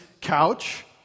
couch